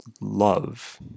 love